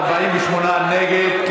48 נגד,